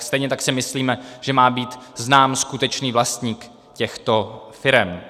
Stejně tak si myslíme, že má být znám skutečný vlastník těchto firem.